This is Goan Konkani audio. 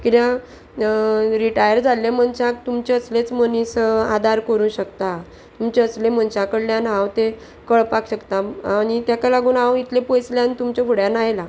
किद्याक रिटायर जाल्ले मनशाक तुमचे असलेच मनीस आदार करूं शकता तुमचे असले मनशा कडल्यान हांव ते कळपाक शकता आनी तेका लागून हांव इतले पयसल्यान तुमच्या फुड्यान आयला